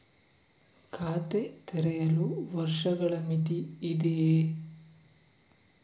ಖಾತೆ ತೆರೆಯಲು ವರ್ಷಗಳ ಮಿತಿ ಇದೆಯೇ?